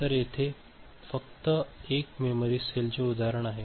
तर येथे फक्त एक मेमरी सेलचे उदाहरण आहेत